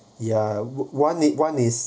ya one one is